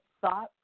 thought